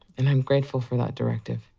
and i'm grateful for that directive.